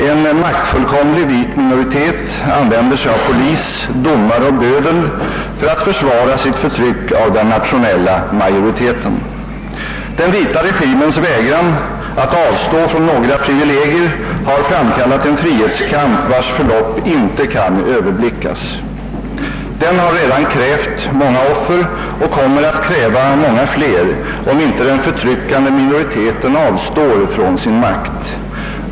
En maktfullkomlig vit minoritet använder sig av polis, domare och bödel för att försvara sitt förtryck av den nationella majoriteten. Den vita regimens vägran att avstå från några privilegier har framkallat en frihetskamp vars förlopp inte kan överblickas. Den har redan krävt många offer och kommer att kräva många fler, om inte den förtryckande minoriteten avstår från sin makt.